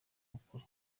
ukuri